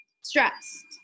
stressed